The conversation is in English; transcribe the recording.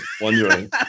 wondering